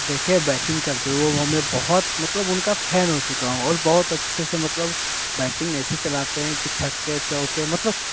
देखे बैटिंग करते हो वो हमें बहुत मतलब उनका फैन हो चुका हूँ और बहुत अच्छे से मतलब बैटिंग ऐसे चलाते हैं कि छक्के चौके मतलब